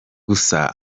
gusa